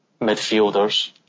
midfielders